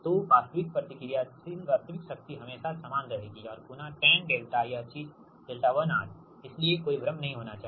तो वास्तविक प्रतिक्रियाशील वास्तविक शक्ति हमेशा सामान रहेगी और गुणा tan𝛿 यह चीज़ 𝛿1Rइसलिए कोई भ्रम नहीं होना चाहिए